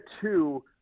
two